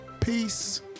Peace